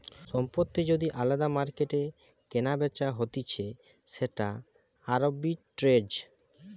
সম্পত্তি যদি আলদা মার্কেটে কেনাবেচা হতিছে সেটা আরবিট্রেজ